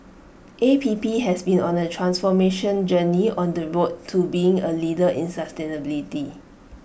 A P P has been on A transformation journey on the road to being A leader in sustainability